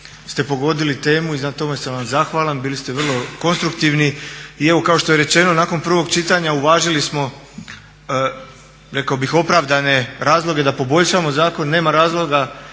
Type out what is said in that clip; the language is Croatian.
ste pogodili temu i na tome sam vam zahvalan, bili ste vrlo konstruktivni i evo kao što je rečeno nakon prvog čitanja uvažili smo rekao bih opravdane razloge da poboljšamo zakon, nema razloga